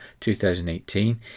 2018